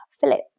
Philip